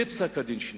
זה פסק-הדין שניתן.